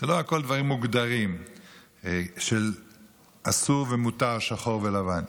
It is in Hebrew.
לא הכול דברים מוגדרים של אסור ומותר, שחור ולבן.